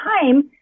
time